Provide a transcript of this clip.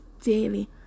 daily